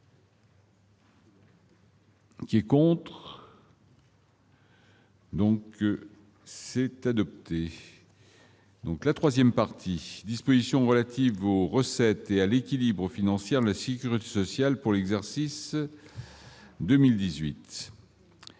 Qui est contre. Donc c'est adopté. Donc la 3ème partie dispositions relatives aux recettes et à l'équilibre financière la Secret social pour l'exercice. 2018.